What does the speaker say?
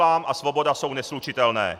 Islám a svoboda jsou neslučitelné.